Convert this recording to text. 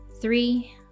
three